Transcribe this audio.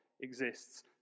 exists